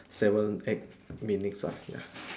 seven eight minutes lah ya